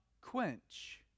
quench